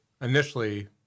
initially